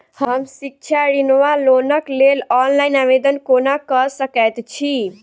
हम शिक्षा ऋण वा लोनक लेल ऑनलाइन आवेदन कोना कऽ सकैत छी?